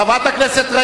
חבר הכנסת יואל חסון.